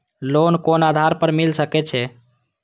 Loan कोन आधार पर मिल सके छे?